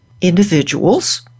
individuals